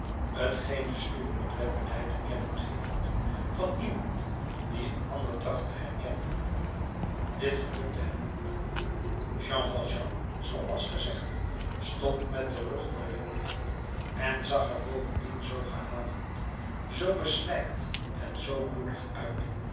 t geen de sluwe oplettendheid te kennen geeft van iemand die een ander tracht te herkennen dit gelukte hem niet jean valjean zooals gezegd stond met den rug naar het licht en zag er bovendien zoo gehavend zoo beslijkt en zoo bloedig uit